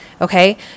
Okay